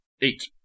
eight